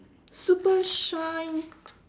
super shine